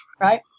right